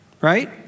right